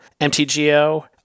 mtgo